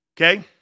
Okay